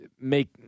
make